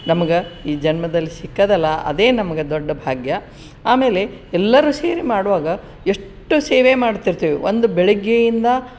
ನಮ್ಗೆ ಈ ಜನ್ಮದಲ್ಲಿ ಸಿಕ್ಕದಲ್ಲ ಅದೇ ನಮಗೆ ದೊಡ್ಡ ಭಾಗ್ಯ ಆಮೇಲೆ ಎಲ್ಲರೂ ಸೇರಿ ಮಾಡುವಾಗ ಎಷ್ಟು ಸೇವೆ ಮಾಡ್ತಿರ್ತೀವೋ ಒಂದು ಬೆಳಗ್ಗೆಯಿಂದ